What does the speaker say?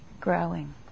growing